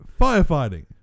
Firefighting